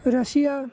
Russia